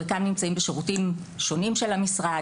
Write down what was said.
חלקם נמצאים בשירותים שונים של המשרד,